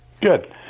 Good